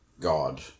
God